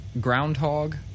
groundhog